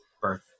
birth